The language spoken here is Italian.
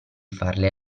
farle